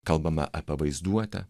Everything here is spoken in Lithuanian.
kalbama apie vaizduotę